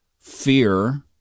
Fear